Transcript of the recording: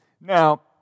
Now